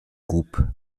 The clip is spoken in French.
groupe